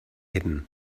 hidden